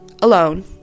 alone